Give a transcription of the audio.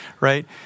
right